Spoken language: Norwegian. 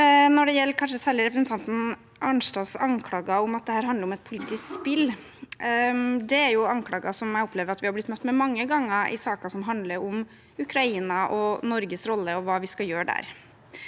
Når det gjelder kanskje særlig representanten Arnstads anklager om at dette handler om et politisk spill, er det anklager jeg opplever at vi har blitt møtt med mange ganger i saker som handler om Ukraina og Norges rolle, og hva vi skal gjøre der